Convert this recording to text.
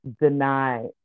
deny